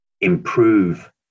improve